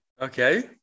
Okay